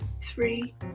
three